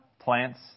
plants